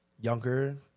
younger